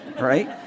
right